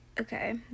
Okay